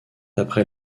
après